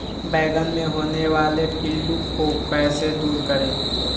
बैंगन मे होने वाले पिल्लू को कैसे दूर करें?